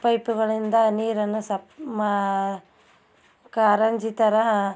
ಪೈಪುಗಳಿಂದ ನೀರನ್ನು ಸಪ್ ಮಾ ಕಾರಂಜಿ ಥರ